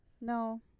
No